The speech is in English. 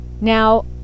Now